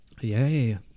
Yay